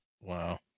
Wow